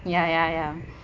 ya ya ya